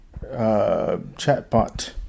chatbot